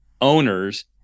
owners